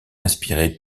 inspiré